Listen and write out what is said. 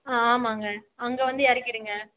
ஆ ஆமாங்க அங்கே வந்து இறக்கிடுங்க